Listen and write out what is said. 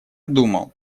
думал